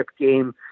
game